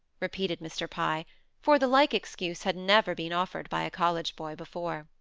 repeated mr. pye for the like excuse had never been offered by a college boy before.